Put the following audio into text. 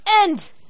End